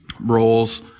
roles